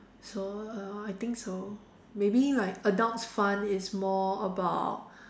so uh I think so maybe like adults fun is more about